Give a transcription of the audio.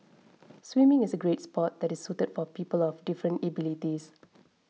swimming is a great sport that is suited for people of different abilities